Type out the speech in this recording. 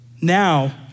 Now